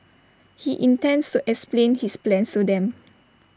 he intends to explain his plans to them